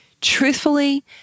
Truthfully